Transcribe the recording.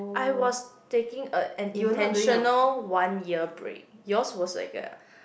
I was taking a an intentional one year break yours was like a